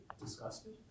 disgusted